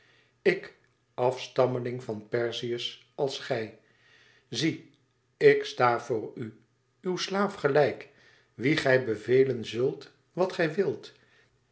ik afstammeling van perseus als gij zie ik sta voor u uw slaaf gelijk wien gij bevelen zult wat gij wilt